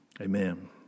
amen